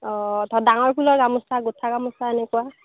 অ' ধৰ ডাঙৰ ফুলৰ গামোচা গোঁঠা গামোচা এনেকুৱা